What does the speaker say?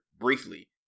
briefly